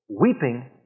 weeping